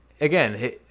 again